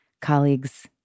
colleagues